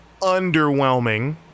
underwhelming